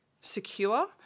secure